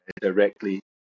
directly